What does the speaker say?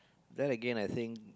then Again I think